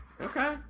Okay